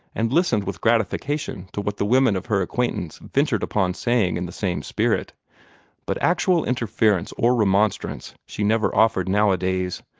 and listened with gratification to what the women of her acquaintance ventured upon saying in the same spirit but actual interference or remonstrance she never offered nowadays.